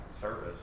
service